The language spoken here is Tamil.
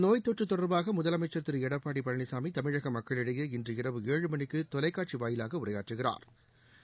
நோய்த்தொற்று தொடர்பாக முதலமைச்ச் திரு எடப்பாடி பழனிசாமி இந்த தமிழக மக்களிடையே இன்று இரவு ஏழு மணிக்கு தொலைக்காட்சி வாயிவாக உரையாற்றுகிறா்